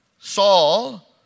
Saul